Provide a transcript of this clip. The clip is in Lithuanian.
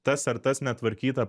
tas ar tas netvarkyta